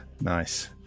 Nice